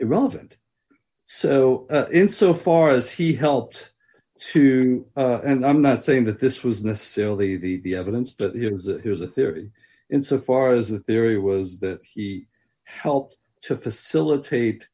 irrelevant so in so far as he helped to and i'm not saying that this was necessarily the evidence that he has a theory insofar as the theory was that he helped to facilitate